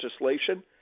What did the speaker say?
legislation